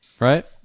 Right